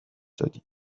دادیم